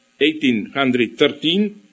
1813